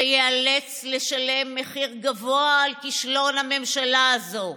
שייאלץ לשלם מחיר גבוה על כישלון הממשלה הזאת.